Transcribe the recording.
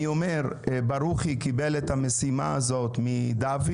חבר הכנסת ברוכי קיבל את המשימה הזו מדוד.